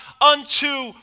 unto